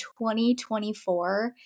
2024